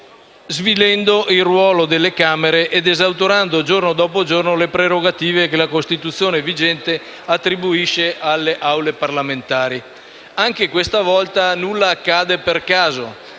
svilendo il ruolo delle Camere ed esautorando, giorno dopo giorno, le prerogative che la Costituzione vigente attribuisce alle Aule parlamentari. Anche questa volta, nulla accade per caso: